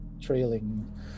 trailing